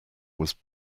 was